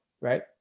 right